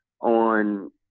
on